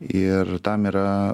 ir tam yra